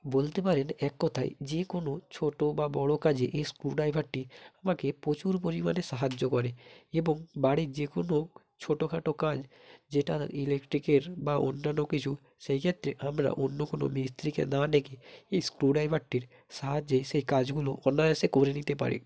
বলতে পারেন এক কথায় যে কোনো ছোটো বা বড়ো কাজে এই স্ক্রু ড্রাইভারটি আমাকে প্রচুর পরিমাণে সাহায্য করে এবং বাড়ির যে কোনো ছোট খাটো কাজ যেটা ইলেকট্রিকের বা অন্যান্য কিছু সেই ক্ষেত্রে আমরা অন্য কোনো মিস্ত্রিকে না ডেকে এই স্ক্রু ড্রাইভারটির সাহায্যে সেই কাজগুলো অনায়াসে করে নিতে পারি